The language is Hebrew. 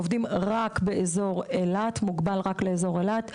עובדים רק באזור אילת, מוגבל רק לאזור אילת.